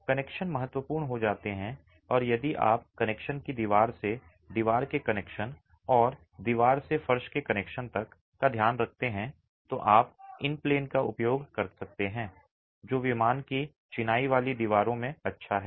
connection महत्वपूर्ण हो जाते हैं और यदि आप कनेक्शन की दीवार से दीवार के कनेक्शन और दीवार से फर्श के कनेक्शन तक का ध्यान रखते हैं तो आप इन प्लेन का उपयोग कर सकते हैं जो विमान की चिनाई वाली दीवारों में अच्छा है